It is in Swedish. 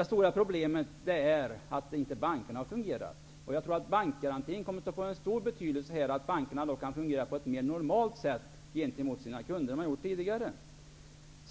Det stora problemet är emellertid att bankerna inte har fungerat. Jag tror att bankgarantin kommer att få stor betydelse. Jag tror att bankerna därigenom kan komma att fungera på ett mer normalt sätt gentemot sina kunder än tidigare.